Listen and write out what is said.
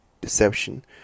deception